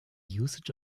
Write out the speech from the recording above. usage